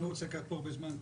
אני לא רוצה לקחת פה הרבה זמן.